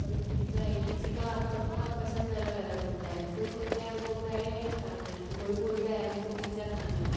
कभी पिज़्ज़ा है किसी का अब सबकी पसन्द अलग अलग होती है कोई बोलता है हमको फ्राई राइस खाना है तो कोई बोलता है हमको पिज़्ज़ा खाना है